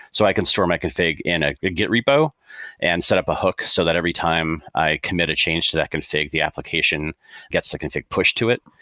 so i can store my config in a git repo and setup a hook, so that every time i commit a change to that config, the application gets the config pushed to it.